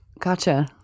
Gotcha